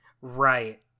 Right